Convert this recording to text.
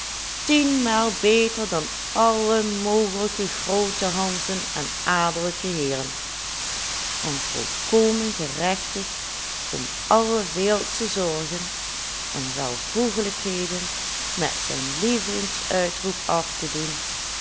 tienmaal beter dan alle mogelijke groote hanzen en adellijke heeren en volkomen gerechtigd om alle wereldsche zorgen en welvoeglijkheden met zijn lievelingsuitroep af te doen